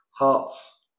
Hearts